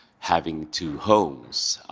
having two homes.